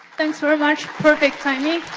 thanks very much, perfect timing.